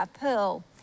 Pearl